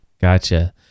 Gotcha